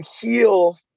heal